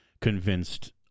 convinced